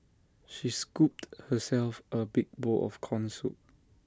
she scooped herself A big bowl of Corn Soup